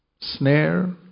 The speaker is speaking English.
snare